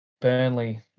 Burnley